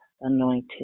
anointed